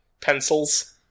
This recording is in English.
Pencils